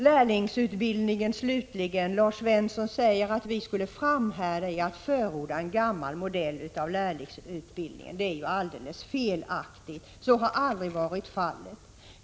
Slutligen beträffande lärlingsutbildningen: Lars Svensson säger att vi skulle framhärda i att förorda en gammal modell av lärlingsutbildningen. Det är alldeles felaktigt. Så har aldrig varit fallet.